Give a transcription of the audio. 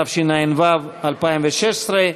התשע"ו 2016,